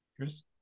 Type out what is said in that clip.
chris